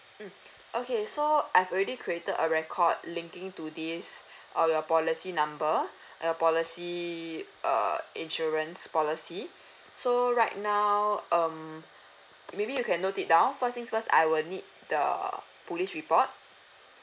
mm okay so I've already created a record linking to this all your policy number your policy err insurance policy so right now um maybe you can note it down first things first I will need the police report